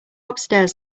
upstairs